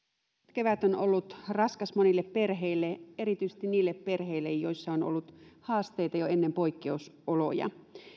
kevät on ollut raskas monille perheille erityisesti niille perheille joissa on ollut haasteita jo ennen poikkeusoloja